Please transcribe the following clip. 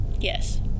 Yes